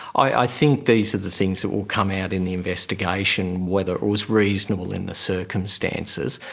i think these are the things that will come out in the investigation, whether it was reasonable in the circumstances.